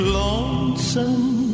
lonesome